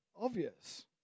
obvious